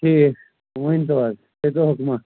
ٹھیٖک ؤنۍتَو حظ کٔرتو حُکماہ